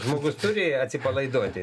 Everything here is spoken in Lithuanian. žmogus turi atsipalaiduoti